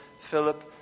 Philip